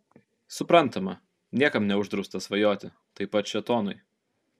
suprantama niekam neuždrausta svajoti taip pat šėtonui